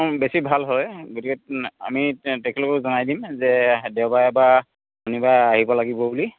বেছি ভাল হয় গতিকে আমি তেখেতলোকক জনাই দিম যে দেওবাৰ বা শনিবাৰে আহিব লাগিব বুলি